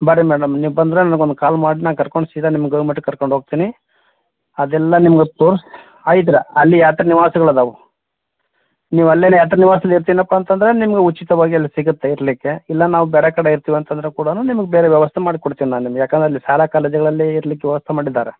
ಬರ್ರಿ ಮೇಡಮ್ ನೀವು ಬಂದ್ರೆ ನನಗೆ ಒಂದು ಕಾಲ್ ಮಾಡಿರಿ ನಾ ಕರ್ಕೊಂಡು ಸೀದಾ ನಿಮ್ಗೆ ಗವಿಮಠಕ್ಕೆ ಕರ್ಕೊಂಡು ಹೋಗ್ತಿನಿ ಅದೆಲ್ಲ ನಿಮ್ಗೆ ತೋರಿಸಿ ಐತ್ರಿ ಅಲ್ಲಿ ಯಾತ್ರಿ ನಿವಾಸ್ಗಳಾದವೆ ನೀವು ಅಲ್ಲೇನೆ ಯಾತ್ರಿ ನಿವಾಸದಲ್ಲಿ ಇರ್ತೀನಪ್ಪ ಅಂತದ್ರೆ ನಿಮ್ಗೆ ಉಚಿತವಾಗಿ ಅಲ್ಲಿ ಸಿಗುತ್ತೆ ಇರಲಿಕ್ಕೆ ಇಲ್ಲ ನಾವು ಬೇರೆ ಕಡೆ ಇರ್ತೀವಿ ಅಂತದ್ರೆ ಕೂಡ ನಿಮ್ಗೆ ಬೇರೆ ವ್ಯವಸ್ಥೆ ಮಾಡಿ ಕೊಡ್ತೀನಿ ನಾ ನಿಮ್ಗೆ ಯಾಕಂದ್ರೆ ಅಲ್ಲಿ ಶಾಲಾ ಕಾಲೇಜುಗಳಲ್ಲಿ ಇರಲಿಕ್ಕೆ ವ್ಯವಸ್ಥೆ ಮಾಡಿದ್ದಾರೆ